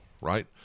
right